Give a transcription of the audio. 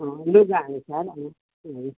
लुगाहरू छ